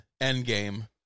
Endgame